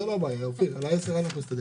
זה לא בעיה, אופיר, על העשרה האלה אנחנו נסתדר.